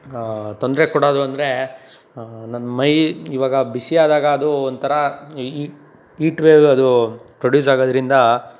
ತೊಂದರೆ ಕೊಡೋದು ಅಂದರೆ ನನ್ನ ಮೈ ಈವಾಗ ಬಿಸಿ ಆದಾಗ ಅದು ಒಂಥರ ಹೀಟ್ ವೇವ್ ಅದು ಪ್ರೊಡ್ಯೂಸ್ ಆಗೋದ್ರಿಂದ